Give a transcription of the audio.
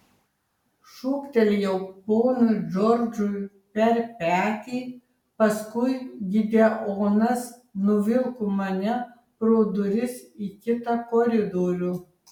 šūktelėjau ponui džordžui per petį paskui gideonas nuvilko mane pro duris į kitą koridorių